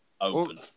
open